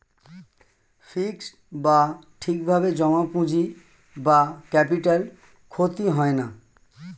fixed বা ঠিক ভাবে জমা পুঁজি বা ক্যাপিটাল ক্ষতি হয় না